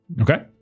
Okay